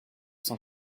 cent